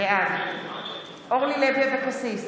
בעד אורלי לוי אבקסיס,